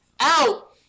out